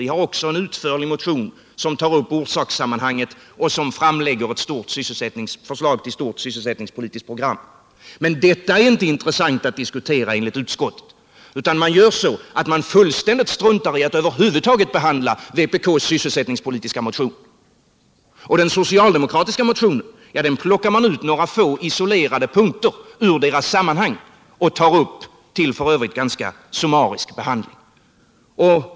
Vi har också en utförlig motion, som tar upp orsakssammanhangen och som framlägger förslag till ett stort sysselsättningspolitiskt program. Men detta är inte intressant att diskutera enligt utskottet, utan man fullständigt struntar i att över huvud taget behandla vpk:s sysselsättningspolitiska motion. När det gäller den socialdemokratiska motionen plockar man ut några få isolerade punkter ur deras sammanhang och tar upp dem till en ganska summarisk behandling.